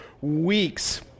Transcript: weeks